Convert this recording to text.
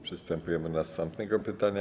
Przystępujemy do następnego pytania.